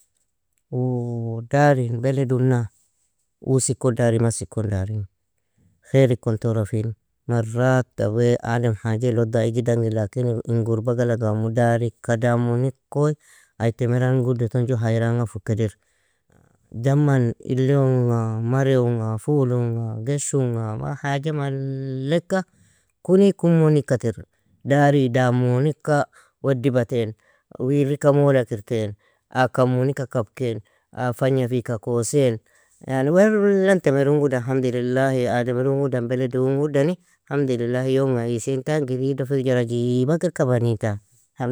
Uu darin beled unna uosiko dari masiko darin. Khair ikon torafin marata wea adem haji lo daigidangi lakini in gurba galaga imu darika damuniko, ai temerangu do ton ju hayra anga fukadir. Jaman ili unga, mare unga, fuul unga, gesh unga, ma haja malleka kuni kumunika tir. Dari damunika wadibaten, wirikka mola kir ten, aa kamunika kabken, aa fagnafika kuosin. Yani wllan temerungudan, حمد لله ademri ungudan belediungudani. حمد لله yomga ishin tan giridafijru ajibakir kaba nintan.